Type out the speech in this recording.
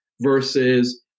versus